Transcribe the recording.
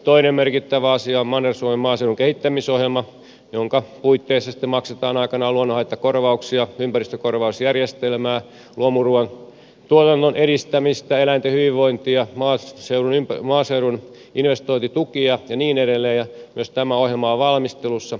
toinen merkittävä asia on manner suomen maaseudun kehittämisohjelma jonka puitteissa sitten maksetaan aikanaan luon nonhaittakorvauksia ympäristökorvausjärjestelmää luomuruuan tuotannon edistämistä eläinten hyvinvointia maaseudun investointitukia ja niin edelleen ja myös tämä ohjelma on valmistelussa